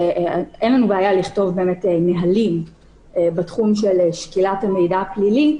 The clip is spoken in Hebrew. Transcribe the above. אומנם אין לנו בעיה לכתוב נהלים בתחום של שקילת המידע הפלילי,